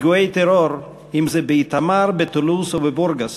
פיגועי טרור, אם זה באיתמר, בטולוז או בבורגס,